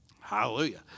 Hallelujah